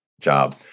job